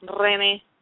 Rene